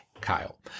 Kyle